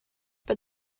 but